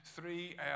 three